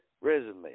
resume